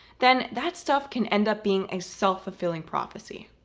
then that stuff can end up being a self-fulfilling prophecy.